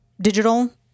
Digital